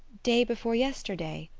day before yesterday,